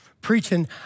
preaching